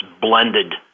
blended